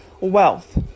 wealth